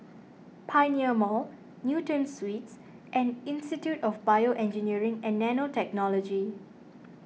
Pioneer Mall Newton Suites and Institute of BioEngineering and Nanotechnology